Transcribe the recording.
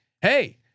Hey